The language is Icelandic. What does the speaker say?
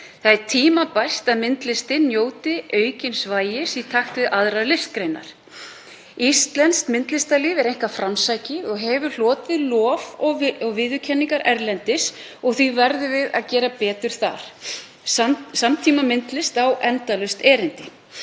Það er tímabært að myndlistin njóti aukins vægis í takt við aðrar listgreinar. Íslenskt myndlistarlíf er einkar framsækið og hefur hlotið lof og viðurkenningar erlendis og því verðum við að gera betur þar. Samtímamyndlist á endalaust erindi.